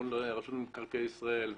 מנהל מקרקעי ישראל,